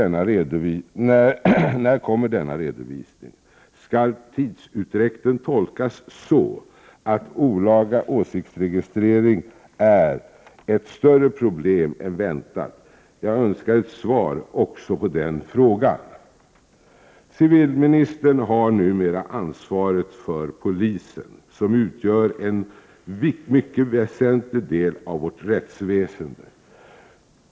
När kommer denna redovisning? Skall tidsutdräkten tolkas så, att olaga åsiktsregistrering är ett större problem än väntat? Jag önskar ett svar också på den frågan. Civilministern har numera ansvaret för polisen, som utgör en mycket väsentlig del av vårt rättsväsende.